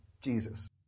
Jesus